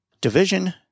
Division